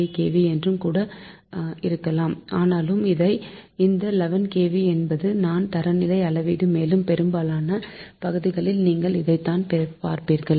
3 kV என்று கூட இருக்கலாம் ஆனாலும் இந்த 11 kV என்பது தான் தரநிலை அளவீடு மேலும் பெரும்பாலான பகுதிகளில் நீங்கள் இதைத்தான் பார்ப்பீர்கள்